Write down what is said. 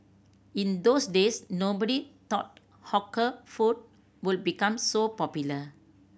in those days nobody thought hawker food would become so popular